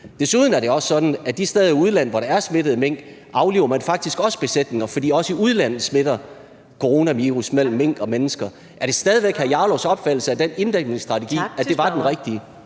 Desuden er det også sådan, at man de steder i udlandet, hvor der er smittede mink, faktisk også afliver besætninger, for også i udlandet smitter coronavirus mellem mink og mennesker. Er det stadig væk Rasmus Jarlovs opfattelse, at den inddæmningsstrategi var den rigtige?